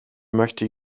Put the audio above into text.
möchte